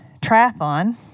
triathlon